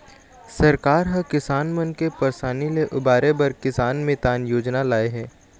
सरकार ह किसान मन के परसानी ले उबारे बर किसान मितान योजना लाए हे